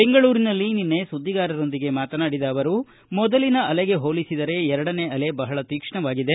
ಬೆಂಗಳೂರಿನಲ್ಲಿ ನಿನ್ನೆ ಸುದ್ದಿಗಾರರೊಂದಿಗೆ ಮಾತನಾಡಿದ ಅವರು ಮೊದಲಿನ ಅಲೆಗೆ ಹೋಲಿಸಿದರೆ ಎರಡನೇ ಅಲೆ ಬಹಳ ತೀಕ್ಷ್ಣವಾಗಿದೆ